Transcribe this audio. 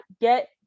get